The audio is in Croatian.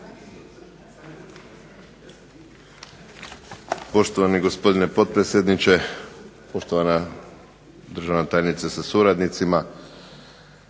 Hvala vam